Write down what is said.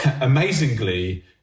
amazingly